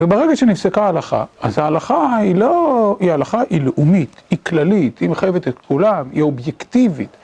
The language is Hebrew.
וברגע שנפסקה ההלכה, אז ההלכה היא לא... היא הלכה אילאומית, היא כללית, היא מחייבת את כולם, היא אובייקטיבית.